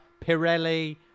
Pirelli